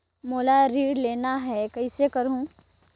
मोला ऋण लेना ह, कइसे करहुँ?